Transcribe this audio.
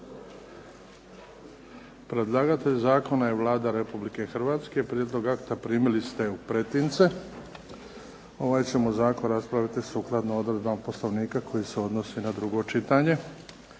Predlagatelj zakona je Vlada Republike Hrvatske. Prijedlog akta primili ste u pretince. Ovaj ćemo zakon raspraviti sukladno odredbama Poslovnika koji se odnosi na drugo čitanje.